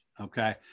okay